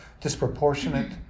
disproportionate